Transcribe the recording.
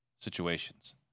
situations